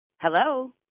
Hello